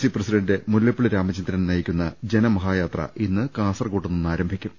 C president Mullappally Ramachandran നയിക്കുന്ന ജന മഹായാത്ര ഇന്ന് കാസർകോട്ടുനിന്ന് ആരംഭിക്കും